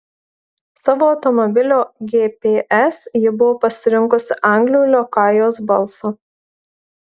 savo automobilio gps ji buvo pasirinkusi anglų liokajaus balsą